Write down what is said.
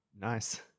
nice